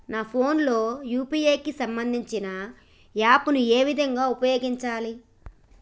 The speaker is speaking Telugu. నా ఫోన్ లో యూ.పీ.ఐ కి సంబందించిన యాప్ ను ఏ విధంగా ఉపయోగించాలి?